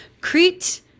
Crete